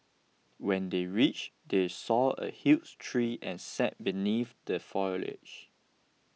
when they reached they saw a huge tree and sat beneath the foliage